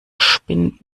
spind